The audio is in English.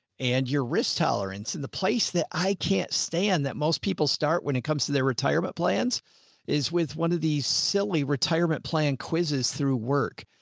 and your risk tolerance and the place that i can't stand that most people start when it comes to their retirement plans is with one of these silly retirement plan quizzes through work.